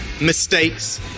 mistakes